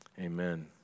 Amen